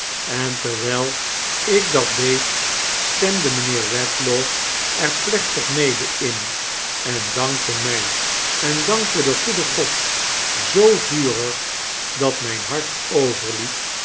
en terwijl ik dat deed stemde mijnheer redlaw er plechtig mede in en dankte mij en dankte den goeden god jeoo vurig dat mija hart